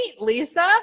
Lisa